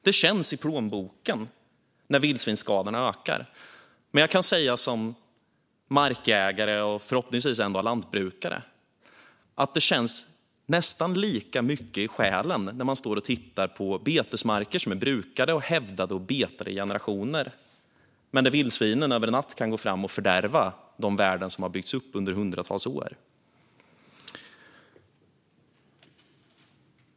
Det känns i plånboken när vildsvinsskadorna ökar, men som markägare och förhoppningsvis en dag lantbrukare kan jag säga att det känns nästan lika mycket i själen när man står och tittar på betesmarker som är brukade, hävdade och betade i generationer där vildsvinen över en natt kan gå fram och fördärva de värden som har byggts upp under hundratals år.